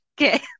okay